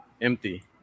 empty